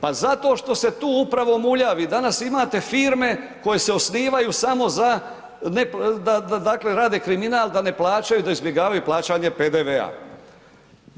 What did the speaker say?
Pa zato što se tu upravo mulja, vi danas imate firme koje se osnivaju samo za da dakle rade kriminal, da ne plaćaju, da izbjegavaju plaćanje PDV-a.